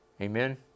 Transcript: Amen